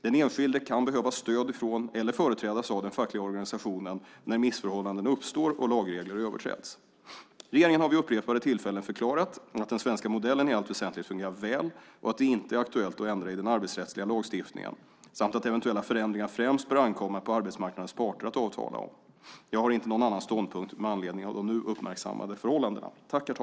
Den enskilde kan behöva stöd från eller företrädas av den fackliga organisationen när missförhållanden uppstår och lagregler överträds. Regeringen har vid upprepade tillfällen förklarat att den svenska modellen i allt väsentligt fungerar väl, att det inte är aktuellt att ändra i den arbetsrättsliga lagstiftningen samt att eventuella förändringar främst bör ankomma på arbetsmarknadens parter att avtala om. Jag har inte någon annan ståndpunkt med anledning av de nu uppmärksammade förhållandena.